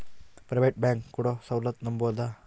Private bank ಕೊಡೊ ಸೌಲತ್ತು ನಂಬಬೋದ?